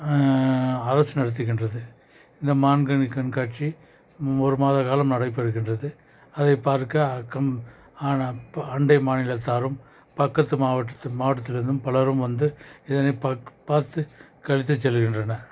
அரசு நடத்துகின்றது இந்த மாங்கனி கண்காட்சி ஒரு மாத காலம் நடைபெறுகின்றது அதை பார்க்க அக்கம் அண்டை மாநிலத்தாரும் பக்கத்து மாவட்டத் மாவட்டத்திலிருந்தும் பலரும் வந்து இதனைப் பார்த்து பார்த்து களித்து செல்கின்றனர்